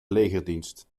legerdienst